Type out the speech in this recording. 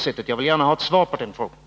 Jag vill gärna ha ett svar på den frågan.